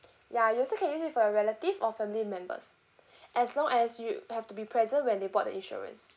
ya you also can use it for a relative or family members as long as you have to be present when they bought the insurance